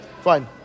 fine